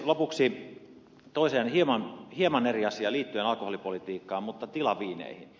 lopuksi toiseen hieman eri asiaan liittyen alkoholipolitiikkaan tilaviineihin